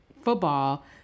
football